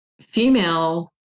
female